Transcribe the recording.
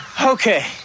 okay